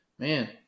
Man